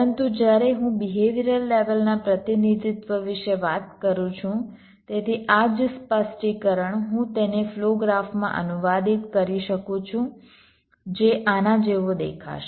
પરંતુ જ્યારે હું બિહેવિયરલ લેવલના પ્રતિનિધિત્વ વિશે વાત કરું છું તેથી આ જ સ્પષ્ટીકરણ હું તેને ફ્લો ગ્રાફમાં અનુવાદિત કરી શકું છું જે આના જેવો દેખાશે